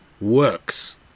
works